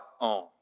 own